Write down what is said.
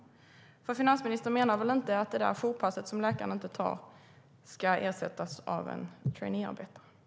Finansministern menar väl inte att det där jourpasset som läkaren inte tar ska ersättas av en traineearbetare?